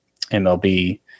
MLB